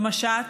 במשט,